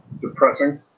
depressing